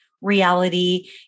reality